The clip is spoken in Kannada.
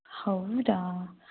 ಹೌದಾ